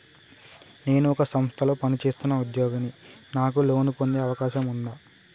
నేను ఒక సంస్థలో పనిచేస్తున్న ఉద్యోగిని నాకు లోను పొందే అవకాశం ఉందా?